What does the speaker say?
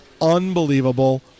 unbelievable